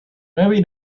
maybe